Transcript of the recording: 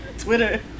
Twitter